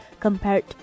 compared